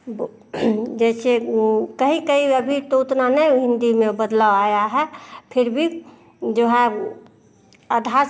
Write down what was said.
वो जैसे कहीं कहीं अभी तो उतना नहीं हिन्दी में बदलाव आया है फिर भी जो है आधार से